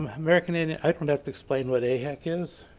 um american indian i don't have to explain what aihec is,